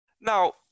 Now